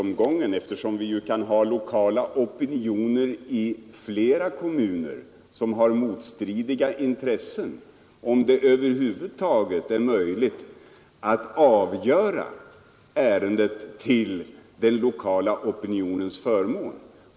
Men eftersom det kan finnas lokala opinioner i flera kommuner där det framkommer motstridiga intressen, blir frågan i slutomgången om det över huvud taget är möjligt att avgöra ärenden till den lokala opinionens förmån.